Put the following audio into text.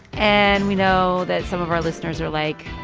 and we know that some of our listeners are like,